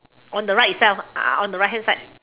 on the right itself on the right hand side